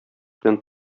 белән